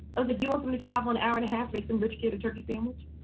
like you want them to travel an hour and a half to make some rich, get a turkey sandwich.